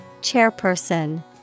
Chairperson